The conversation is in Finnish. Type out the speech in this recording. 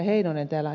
olen ed